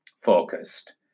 focused